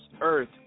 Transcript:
earth